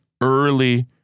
early